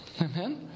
Amen